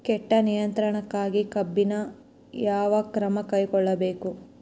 ಕೇಟ ನಿಯಂತ್ರಣಕ್ಕಾಗಿ ಕಬ್ಬಿನಲ್ಲಿ ಯಾವ ಕ್ರಮ ಕೈಗೊಳ್ಳಬೇಕು?